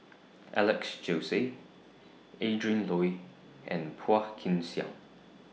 Alex Josey Adrin Loi and Phua Kin Siang